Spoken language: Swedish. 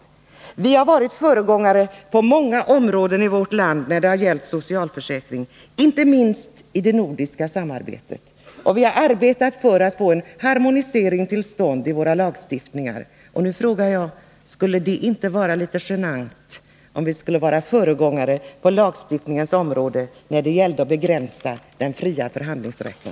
Vi har i vårt land varit föregångare på många områden när det har gällt socialförsäkringen, inte minst i det nordiska samarbetet, och vi har arbetat för att få till stånd en harmonisering i våra lagstiftningar. Nu frågar jag: Skulle det inte vara litet genant om vi blev föregångare på lagstiftningens område också när det gäller att begränsa den fria förhandlingsrätten?